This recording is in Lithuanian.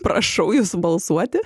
prašau jūsų balsuoti